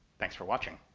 thanks for watching.